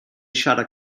siarad